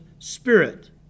spirit